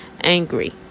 angry